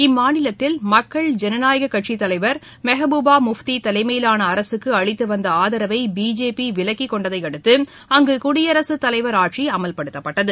இம்மாநிலத்தில் மக்கள் ஜனநாயகக் கட்சித் தலைவர் மெகபூபா முப்திதலைமையிலானஅரசுக்குஅளிததுவந்தஆதரவைபிஜேபிவிலக்கிக் கொண்டதைஅடுத்துஅங்குகுடியரசுத் தலைவர் ஆட்சிஅமல்படுத்தப்பட்டது